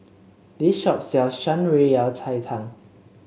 this shop sells Shan Rui Yao Cai Tang